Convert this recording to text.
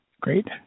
great